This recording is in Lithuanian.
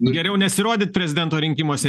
geriau nesirodyt prezidento rinkimuose